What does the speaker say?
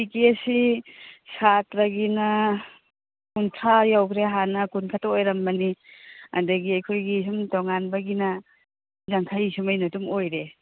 ꯇꯤꯛꯀꯦꯠꯁꯤ ꯁꯥꯇ꯭ꯔꯥꯒꯤꯅ ꯀꯨꯟꯊ꯭ꯔꯥ ꯌꯧꯒ꯭ꯔꯦ ꯍꯥꯟꯅ ꯀꯨꯟꯈꯛꯇ ꯑꯣꯏꯔꯝꯕꯅꯤ ꯑꯗꯒꯤ ꯑꯩꯈꯣꯏꯒꯤ ꯁꯨꯝ ꯇꯣꯡꯉꯥꯟꯕꯒꯤꯅ ꯌꯥꯡꯈꯩ ꯁꯨꯃꯥꯏꯅ ꯑꯗꯨꯝ ꯑꯣꯏꯔꯦ